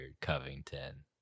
Covington